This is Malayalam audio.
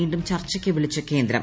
വീണ്ടും ചർച്ചയ്ക്ക് വിളിച്ച് കേന്ദ്രം